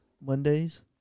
Monday's